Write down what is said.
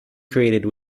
created